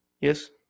Yes